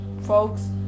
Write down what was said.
folks